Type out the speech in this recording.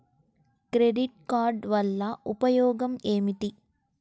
Credit card వల్ల ఉపయోగం ఏమిటీ?